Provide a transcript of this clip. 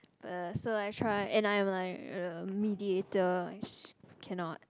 uh so I try and I'm like a mediator cannot